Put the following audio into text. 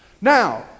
Now